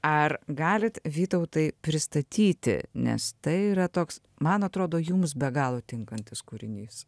ar galit vytautai pristatyti nes tai yra toks man atrodo jums be galo tinkantis kūrinys